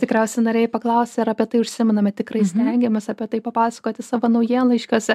tikriausiai norėjai paklausti ar apie tai užsimename tikrai stengiamės apie tai papasakoti savo naujienlaiškiuose